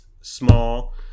small